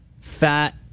fat